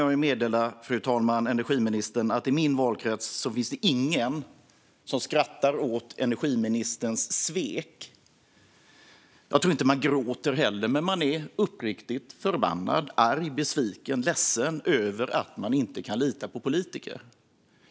Jag kan meddela energiministern att i min valkrets finns det ingen som skrattar åt energiministerns svek. Jag tror inte att man gråter heller, men man är uppriktigt förbannad, arg, besviken och ledsen över att man inte kan lita på politiker.